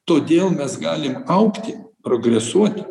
todėl mes galim augti progresuoti